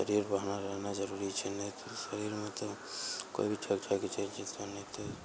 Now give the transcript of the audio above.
शरीर बढ़िआँ रहना जरूरी छै नहि तऽ शरीरमे तऽ कोइ भी ठोकि ठाकिके चलि जेतौ नहि तऽ